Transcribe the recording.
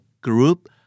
group